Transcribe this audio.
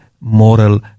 moral